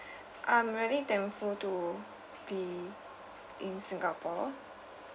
I'm really thankful to be in singapore